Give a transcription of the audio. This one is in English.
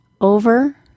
over